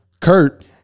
Kurt